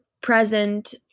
present